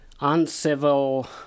uncivil